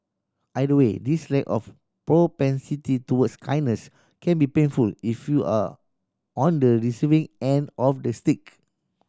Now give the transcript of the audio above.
either way this lack of propensity towards kindness can be painful if you are on the receiving end of the stick